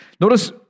Notice